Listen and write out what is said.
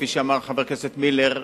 כפי שאמר חבר הכנסת מילר,